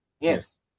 yes